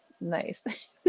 nice